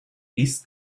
ist